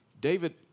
David